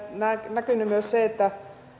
näkynyt myös se että